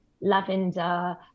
lavender